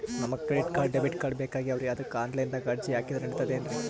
ನಮಗ credit card, debit card ಬೇಕಾಗ್ಯಾವ್ರೀ ಅದಕ್ಕ ಆನಲೈನದಾಗ ಅರ್ಜಿ ಹಾಕಿದ್ರ ನಡಿತದೇನ್ರಿ?